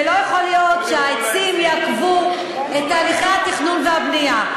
ולא יכול להיות שהעצים יעכבו את תהליכי התכנון והבנייה.